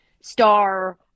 star